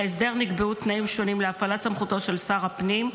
בהסדר נקבעו תנאים שונים להפעלת סמכותו של שר הפנים,